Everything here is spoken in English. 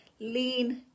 lean